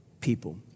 people